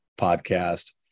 podcast